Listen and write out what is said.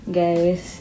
guys